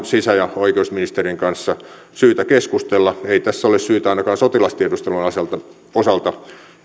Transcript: sisä ja oikeusministerien kanssa syytä keskustella ei tässä ole syytä ainakaan sotilastiedustelun osalta